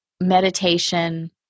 meditation